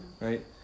right